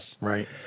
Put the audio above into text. right